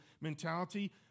mentality